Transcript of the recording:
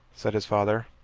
said his father.